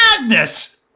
madness